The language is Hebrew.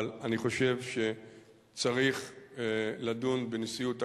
אבל אני חושב שצריך לדון בנשיאות הכנסת,